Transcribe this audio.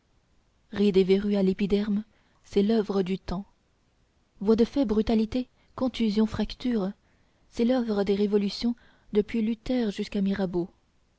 rides et verrues à l'épiderme c'est l'oeuvre du temps voies de fait brutalités contusions fractures c'est l'oeuvre des révolutions depuis luther jusqu'à mirabeau